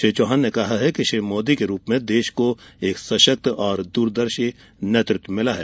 श्री चौहान ने कहा कि श्री मोदी के रूप में देश को एक सशक्त और दूरदर्शी नेतृत्व मिला है